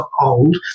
old